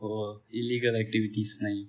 or illegal activities